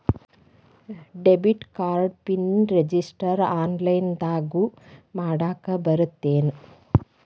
debit card PIN ರಿಸೆಟ್ನ ಆನ್ಲೈನ್ದಗೂ ಮಾಡಾಕ ಬರತ್ತೇನ್